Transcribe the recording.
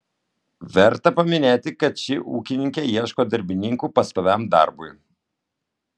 verta paminėti kad ši ūkininkė ieško darbininkų pastoviam darbui